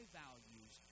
values